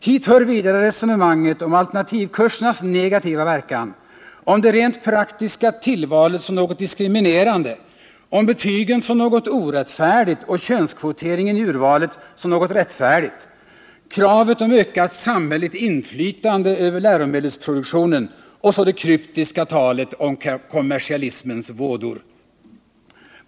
Hit hör vidare resonemanget om alternativkursernas negativa verkan; om det rent praktiska tillvalet som något diskriminerande; om betygen som något orättfärdigt och könskvoteringen i urvalet som något rättfärdigt; kravet på ökat samhälleligt inflytande över läromålsproduktionen och så det kryptiska talet om kommersialismens vådor.